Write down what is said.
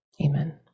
Amen